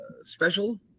special